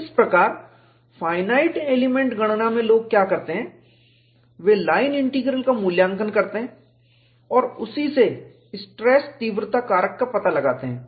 इस प्रकार finite element गणना में लोग क्या करते हैं वे लाइन इंटीग्रल का मूल्यांकन करते हैं और उसी से स्ट्रेस तीव्रता कारक का पता लगाते हैं